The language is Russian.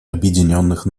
объединенных